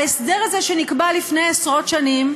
ההסדר הזה שנקבע לפני עשרות שנים,